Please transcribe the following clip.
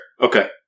Okay